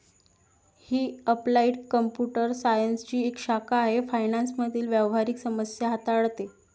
ही applied computer सायन्सची एक शाखा आहे फायनान्स मधील व्यावहारिक समस्या हाताळते